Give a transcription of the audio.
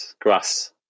grass